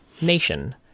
nation